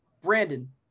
Brandon